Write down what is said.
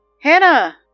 Hannah